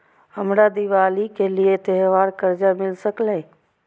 हमरा दिवाली के लिये त्योहार कर्जा मिल सकय?